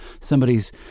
somebody's